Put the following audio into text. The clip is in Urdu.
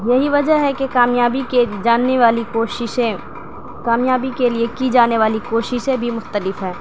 یہی وجہ ہے کہ کامیابی کے جاننے والی کوششیں کامیابی کے لیے کی جانے والی کوششیں بھی مختلف ہیں